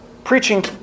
preaching